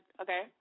okay